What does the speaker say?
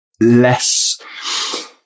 less